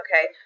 Okay